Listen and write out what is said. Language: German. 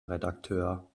redakteur